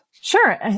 Sure